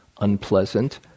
unpleasant